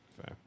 Fair